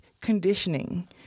conditioning